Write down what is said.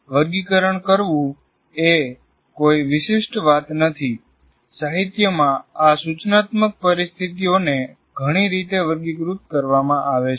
વર્ગીકરણ કરવું એ કોઈ વિશિષ્ટ વાત નથી સાહિત્યમાં આ સૂચનાત્મક પરિસ્થિતિઓને ઘણી રીતે વર્ગીકૃત કરવામાં આવે છે